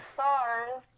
Stars